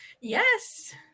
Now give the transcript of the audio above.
yes